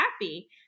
happy